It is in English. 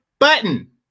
button